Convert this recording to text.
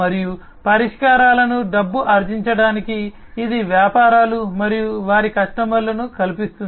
మరియు పరిష్కారాలను డబ్బు ఆర్జించడానికి ఇది వ్యాపారాలు మరియు వారి కస్టమర్లను కలిపిస్తుంది